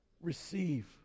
receive